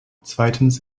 zweitens